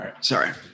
Sorry